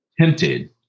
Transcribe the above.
tempted